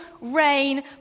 rain